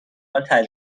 فوتبال